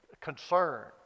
concern